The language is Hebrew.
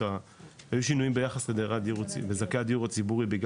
יש איזה שהם שינויים ביחס לזכאי הדיור הציבורי.